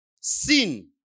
Sin